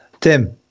Tim